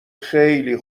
خیلی